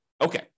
Okay